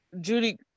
Judy